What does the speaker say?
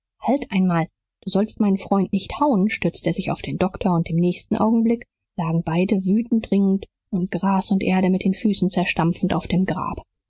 halt einmal du sollst meinen freund nicht hauen stürzte er sich auf den doktor und im nächsten augenblick lagen beide wütend ringend und gras und erde mit den füßen zerstampfend auf dem grab